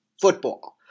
football